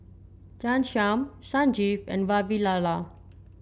Ghanshyam Sanjeev and Vavilala